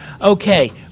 okay